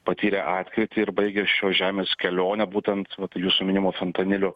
patyrę atkrytį ir baigę šios žemės kelionę būtent vat jūsų minimu fentaniliu